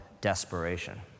desperation